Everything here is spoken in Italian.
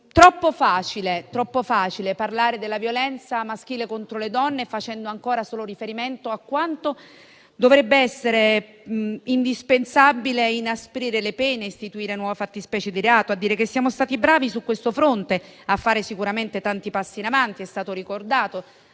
troppo facile parlare della violenza maschile contro le donne facendo ancora solo riferimento a quanto dovrebbe essere indispensabile inasprire le pene e istituire nuove fattispecie di reato, dicendo che siamo stati bravi a fare tanti passi in avanti su questo fronte.